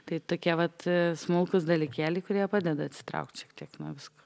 tai tokie vat smulkūs dalykėliai kurie padeda atsitraukt šiek tiek nuo visko